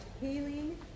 healing